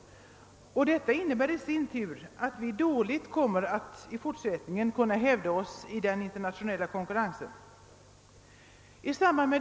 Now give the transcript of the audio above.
Detta innebär att vi i fortsättningen inte kan hävda oss i den internationella konkurrensen.